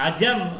Ajam